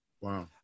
Wow